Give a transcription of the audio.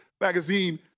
magazine